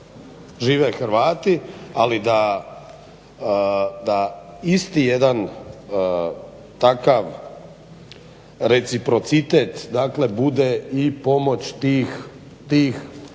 žive Hrvati ali da isti jedan takav reciprocitet bude i pomoć tih